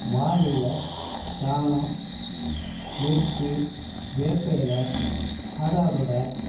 வாளில சாணம் எருக்கு வேப்பை இல ஆடாதொட